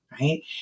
right